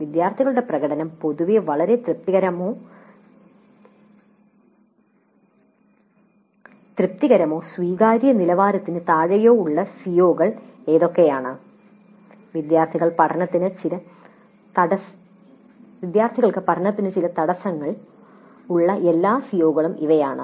വിദ്യാർത്ഥികളുടെ പ്രകടനം പൊതുവെ വളരെ തൃപ്തികരമോ സ്വീകാര്യമായ നിലവാരത്തിന് താഴെയോ ഉള്ള സിഒകൾ എന്തൊക്കെയാണ് വിദ്യാർത്ഥികൾക്ക് പഠനത്തിന് ചില തടസ്സങ്ങളുള്ള എല്ലാ സിഒകളും ഇവയാണ്